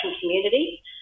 community